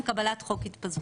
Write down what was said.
קבלת חוק התפזרות.